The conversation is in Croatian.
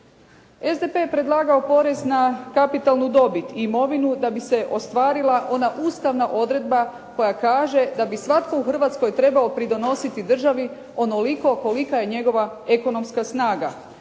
SDP je predlagao porez na kapitalnu dobit i imovinu da bi se ostvarila ona Ustavna odredba koja kaže da bi svatko u Hrvatskoj trebao pridonositi državi onoliko kolika je njegova ekonomska snaga.